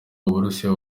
uburusiya